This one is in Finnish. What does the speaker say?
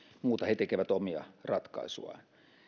muuta he tekevät omia ratkaisujaan